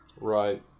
Right